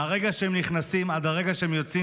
מהרגע שהם נכנסים עד הרגע שהם יוצאים